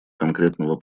конкретного